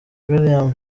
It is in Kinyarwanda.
william